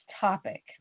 topic